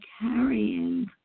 carrying